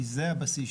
כי זה הבסיס.